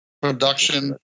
Production